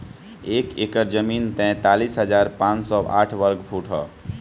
एक एकड़ जमीन तैंतालीस हजार पांच सौ साठ वर्ग फुट ह